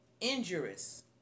Injurious